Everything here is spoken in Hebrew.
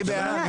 מי בעד?